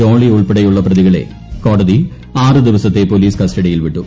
ജോളി ഉൾപ്പെടെയുള്ള പ്രതിക്കിള്ള് കോടതി ആറ് ദിവസത്തെ പോലീസ് കസ്റ്റ്ഡീയിൽ വിട്ടു